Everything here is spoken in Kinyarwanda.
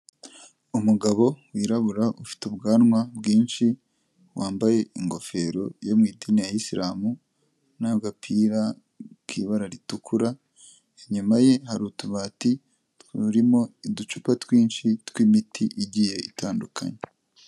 Umugabo wirabura ufite ubwanwa bwinshi wambaye ingofero yo mu idini ya isilamu n'agapira k'ibara ritukura, inyuma ye hari utubati turimo uducupa twinshi tw'imiti igiye itandukanye.